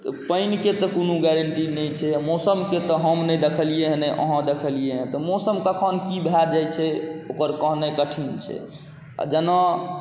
तऽ पानिके तऽ कोनो गारण्टी नहि छै आओर मौसमके तऽ हम नहि देखलिए हँ नहि अहाँ देखलिए हँ तऽ मौसम कखन कि भऽ जाइ छै ओकर कहनाइ कठिन छै आओर जेना